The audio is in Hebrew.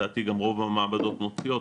לדעתי גם רוב המעבדות מוציאות,